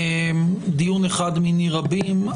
דיון אחד מיני רבים.